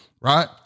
right